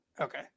Okay